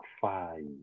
five